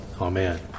Amen